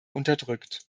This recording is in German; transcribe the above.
unterdrückt